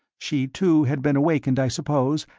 she, too, had been awakened, i suppose,